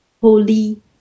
holy